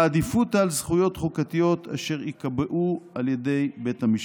בעדיפות על זכויות חוקתיות אשר ייקבעו על ידי בית המשפט.